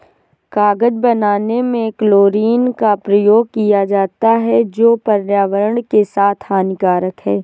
कागज बनाने में क्लोरीन का प्रयोग किया जाता है जो पर्यावरण के लिए हानिकारक है